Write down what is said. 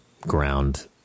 ground